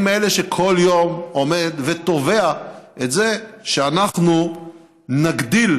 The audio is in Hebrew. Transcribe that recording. אני מאלה שכל יום עומד ותובע שאנחנו נגדיל